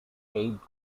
eighth